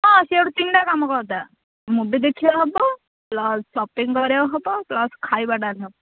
ହଁ ସିଆଡ଼ୁ ତିନିଟା କାମ କରିଦେବା ମୁଭି ଦେଖିବା ହେବ ପ୍ଲସ୍ ସପିଙ୍ଗ୍ କରିବା ହେବ ପ୍ଲସ୍ ଖାଇବାଟା ବି ହେବ